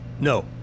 no